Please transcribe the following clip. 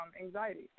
anxiety